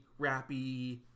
rappy